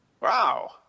wow